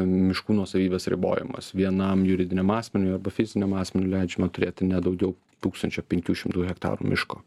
miškų nuosavybės ribojimas vienam juridiniam asmeniui arba fiziniam asmeniui leidžiama turėti ne daugiau tūkstančio penkių šimtų hektarų miško